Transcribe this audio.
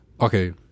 okay